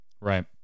Right